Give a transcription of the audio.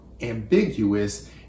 ambiguous